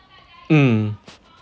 mm